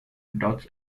dutch